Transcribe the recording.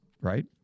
right